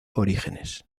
orígenes